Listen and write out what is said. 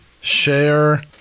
share